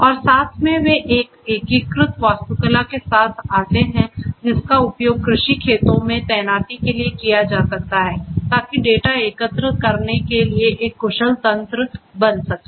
और साथ में वे एक एकीकृत वास्तुकला के साथ आते हैं जिसका उपयोग कृषि खेतों में तैनाती के लिए किया जा सकता है ताकि डेटा एकत्र करने के लिए एक कुशल तंत्र वन सके